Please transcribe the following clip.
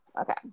Okay